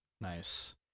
Nice